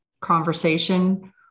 conversation